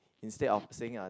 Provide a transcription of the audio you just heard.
instead of saying ah